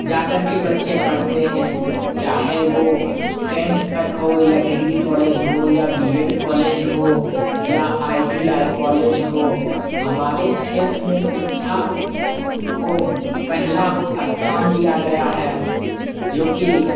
जा करके बच्चे पढ़ते हैं चाहे वो टेंथ तक हो या डिग्री कॉलेज हो या बीएड कॉलेज हो या आई टी आई कॉलेज हो हमारे क्षेत्र में शिक्षा को पहला स्थान दिया गया है जो कि